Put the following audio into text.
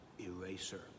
eraser